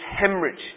hemorrhage